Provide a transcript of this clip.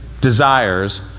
desires